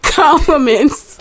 compliments